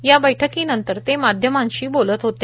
या बैठकीनंतर ते माध्यमांशी बोलत होते